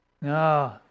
No